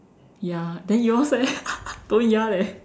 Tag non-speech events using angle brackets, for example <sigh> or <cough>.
ya then yours eh <laughs> don't ya leh